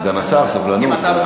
סגן השר, סבלנות.